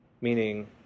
meaning